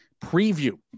preview